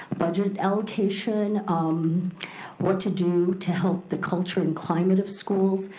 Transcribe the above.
budget allocation. um what to do to help the culture and climate of schools.